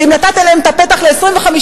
ואם נתת להם את הפתח ל-25%,